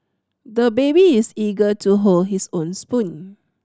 the baby is eager to hold his own spoon